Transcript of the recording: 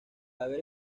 haber